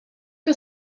que